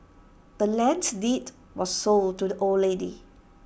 the land's deed was sold to the old lady